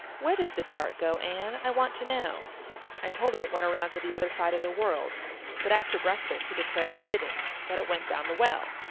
where does the dark go, anne? i want to know i told him it went around to the other side of the world but after breakfast he declared it didn't. that it went down the well.